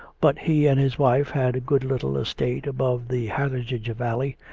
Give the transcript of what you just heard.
but he and his wife had a good little estate above the hathersage valley,